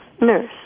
nurse